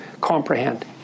comprehend